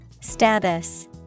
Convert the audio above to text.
Status